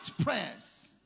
prayers